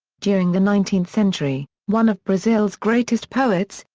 during the nineteenth century, one of brazil's greatest poets,